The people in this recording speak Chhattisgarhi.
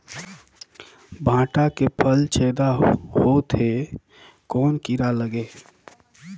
भांटा के फल छेदा होत हे कौन कीरा लगे हे?